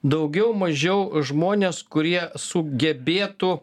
daugiau mažiau žmones kurie sugebėtų